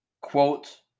quote